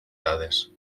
dades